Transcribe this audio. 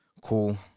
cool